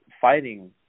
fighting